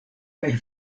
kaj